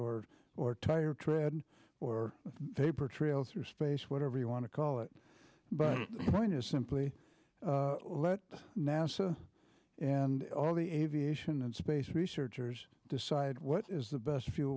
or or tire tread or paper trail through space whatever you want to call it but point is simply what nasa and all the aviation and space researchers decide what is the best